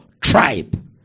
tribe